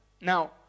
Now